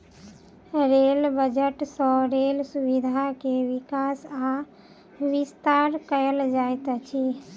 rail budget सँ rail सुविधा के विकास आ विस्तार कयल जाइत अछि